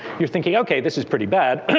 you're thinking, ok, this is pretty bad.